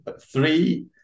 three